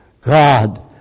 God